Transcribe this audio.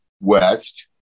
West